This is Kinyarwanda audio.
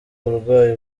uburwayi